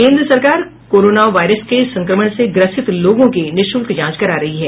केन्द्र सरकार corona virus के संक्रमण से ग्रसित लोगों की निःशुल्क जांच करा रही है